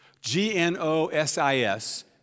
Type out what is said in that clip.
G-N-O-S-I-S